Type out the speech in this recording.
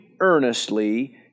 earnestly